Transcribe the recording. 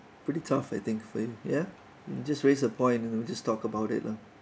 pretty tough I think for you ya just raise a point you know just talk about it lah